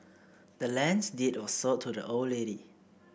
the land's deed was sold to the old lady